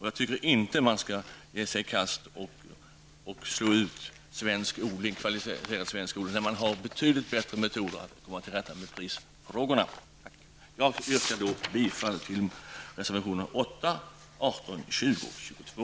Jag tycker inte att man skall slå ut hela den svenska odlingen, när man har betydligt bättre metoder att komma till rätta med prisfrågorna på. Jag yrkar bifall till reservationerna 8, 18, 20 och 22.